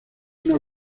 una